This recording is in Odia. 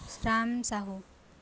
ଶାମ୍ ସାହୁ